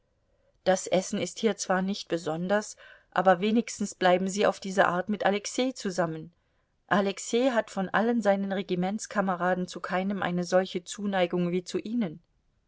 das essen ist hier zwar nicht besonders aber wenigstens bleiben sie auf diese art mit alexei zusammen alexei hat von allen seinen regimentskameraden zu keinem eine solche zuneigung wie zu ihnen